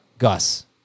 Gus